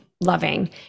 loving